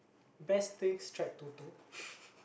best thing strike Toto